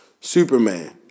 Superman